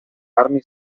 armi